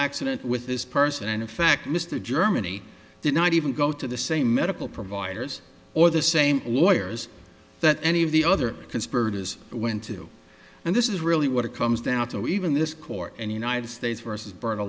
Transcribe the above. accident with this person and in fact mr germany did not even go to the same medical providers or the same lawyers that any of the other conspirators went to and this is really what it comes down to even this court and united states versus byrd a